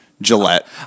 Gillette